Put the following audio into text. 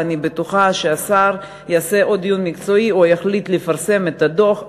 ואני בטוחה שהשר יעשה עוד דיון מקצועי או יחליט לפרסם את הדוח,